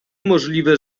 możliwe